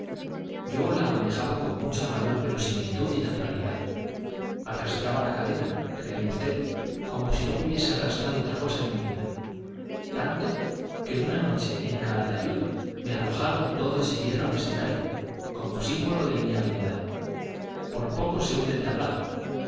yo la manejaba con mucha mayor verosimilitud y naturalidad arrastraba la cadena créame usted como si no hubiese arrastrado otra cosa en mi vida tanto que una noche en calatayud me arrojaron todo ese hierro al escenario como símbolo de mi habilidad por poco se hunde el tablado